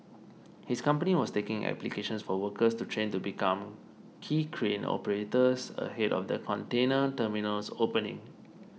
his company was taking applications for workers to train to become quay crane operators ahead of the container terminal's opening